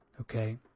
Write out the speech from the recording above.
okay